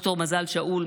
ד"ר מזל שאול,